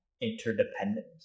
interdependent